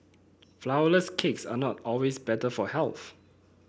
flourless cakes are not always better for health